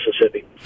Mississippi